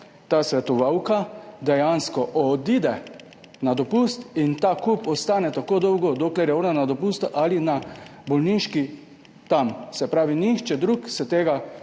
ta svetovalka dejansko odide na dopust in ta kup ostane tam tako dolgo, dokler je ona na dopustu ali na bolniški, se pravi, nihče drug se tega